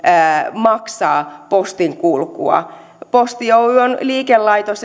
maksaa postinkulkua posti oy on liikelaitos